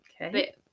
Okay